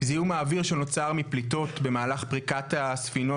זיהום האוויר שנוצר מפליטות במהלך פריקת הספינות,